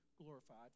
Glorified